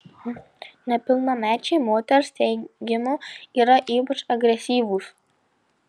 nepilnamečiai moters teigimu yra ypač agresyvūs